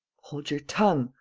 hold your tongue,